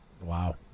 Wow